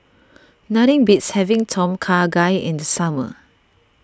nothing beats having Tom Kha Gai in the summer